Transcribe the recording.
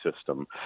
system